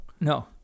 No